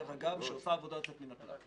שעושה עבודה יוצאת מן הכלל.